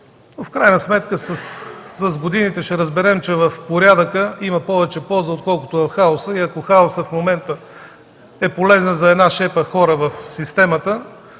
В крайна сметка с годините ще разберем, че от порядъка има повече полза, отколкото от хаоса и ако хаосът в момента е полезен за шепа хора в системата